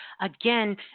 again